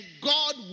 God